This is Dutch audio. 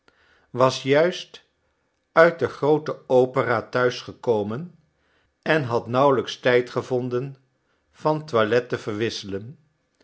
was juist uit de groote opera thuis gekomen en had nauwelijks tijd gevonden van toilet te verwisselen